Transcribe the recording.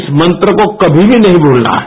इस मंत्र को कभी भी नहीं भूलना है